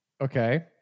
okay